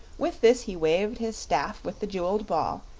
with this, he waved his staff with the jeweled ball,